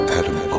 Adam